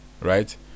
right